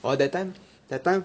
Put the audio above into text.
orh that time that time